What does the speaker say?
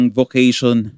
vocation